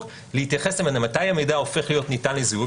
להתייחס מתי המידע הופך ניתן לזיהוי.